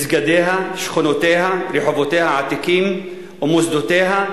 מסגדיה, שכונותיה, רחובותיה העתיקים ומוסדותיה,